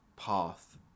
Path